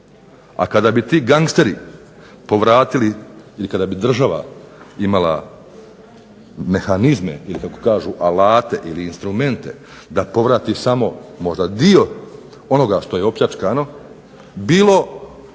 A kada bi ti gangsteri povratili i kada bi država imala mehanizme ili kako kažu alate ili instrumente da povrate možda samo dio onoga što je opljačkano, bilo